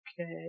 okay